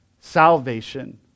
salvation